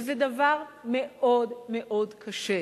וזה דבר מאוד-מאוד קשה.